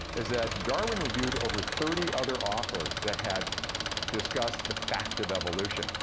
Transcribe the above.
is that darwin reviewed over thirty other authors that had discussed the fact of evolution.